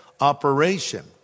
operation